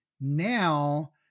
now